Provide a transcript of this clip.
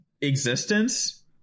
existence